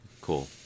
Cool